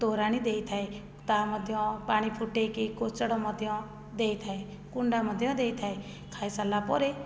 ତୋରାଣି ଦେଇଥାଏ ତା'ମଧ୍ୟ ପାଣି ଫୁଟାଇକି କୋଚଡ଼ ମଧ୍ୟ ଦେଇଥାଏ କୁଣ୍ଡା ମଧ୍ୟ ଦେଇଥାଏ ଖାଇ ସାରିଲା ପରେ